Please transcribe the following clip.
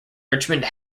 richmond